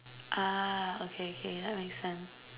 ah okay okay that makes sense